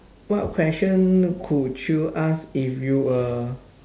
what question could you ask if you uh